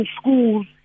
schools